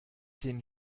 den